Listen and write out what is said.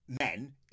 men